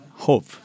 Hope